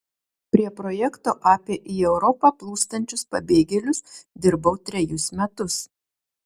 prie projekto apie į europą plūstančius pabėgėlius dirbau trejus metus